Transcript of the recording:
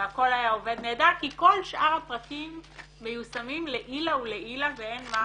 והכל היה עובד נהדר כי כל שאר הפרטים מיושמים לעילא ולעילא ואין מה